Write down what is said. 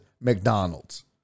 McDonald's